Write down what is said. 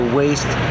waste